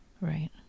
Right